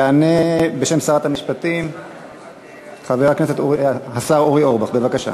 יענה בשם שרת המשפטים השר אורי אורבך, בבקשה.